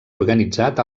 organitzat